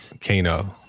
Kano